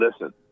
listen